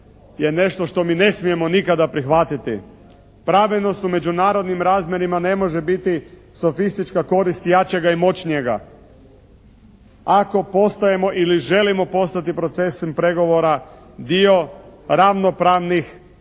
je nešto što mi ne smijemo nikada prihvatiti. Pravilnost u međunarodnim razmjerima ne može biti sofistička korist jačega i moćnijega. Ako postajemo ili želimo postati procesom pregovora, dio ravnopravnih